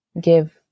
give